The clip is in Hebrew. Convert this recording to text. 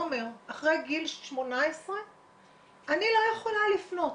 כשעומר היה אחרי גיל 18 לא יכולתי לפנות